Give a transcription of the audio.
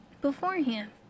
beforehand